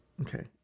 Okay